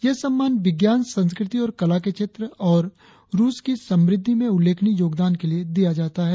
यह सम्मान विज्ञान संस्कृति और कला के क्षेत्र और रुस की समृद्धि में उल्लेखनीय योगदान के लिए दिया जाता है